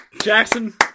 Jackson